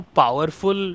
powerful